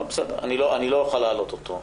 אני לא אוכל להעלות אותו.